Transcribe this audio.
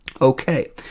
Okay